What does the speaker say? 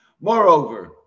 Moreover